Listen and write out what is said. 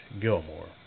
Gilmore